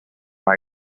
from